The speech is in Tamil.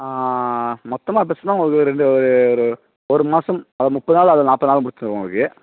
மொத்தமாக பேசுனால் உங்களுக்கு ரெண்டு ஒரு ஒரு ஒரு மாதம் அதாவது முப்பது நாள் அல்லது நாற்பது நாளில் முடிச்சுருவோம் உங்களுக்கு